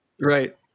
Right